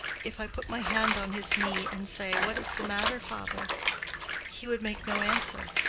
if i put my hand on his knee and say, what is the matter, father he would make no answer,